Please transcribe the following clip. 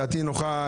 דעתי נוחה.